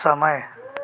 समय